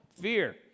Fear